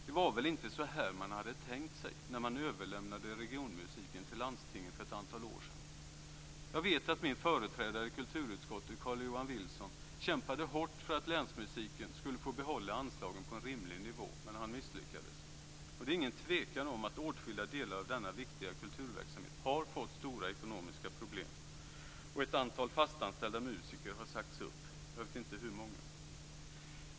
Det var väl inte så här man hade tänkt sig när man överlämnade regionmusiken till landstingen för ett antal år sedan. Jag vet att min företrädare i kulturutskottet, Carl-Johan Wilson, kämpade hårt för att länsmusiken skulle få behålla anslagen på en rimlig nivå, men han misslyckades. Det är ingen tvekan om att åtskilliga delar av denna viktiga kulturverksamhet har fått stora ekonomiska problem. Ett antal fastanställda musiker har också sagts upp; jag vet inte hur många.